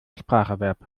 spracherwerb